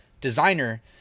designer